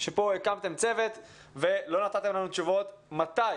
שפה הקמתם צוות ולא נתתם לנו תשובות מתי.